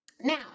Now